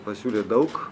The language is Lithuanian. pasiūlė daug